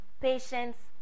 patience